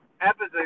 episode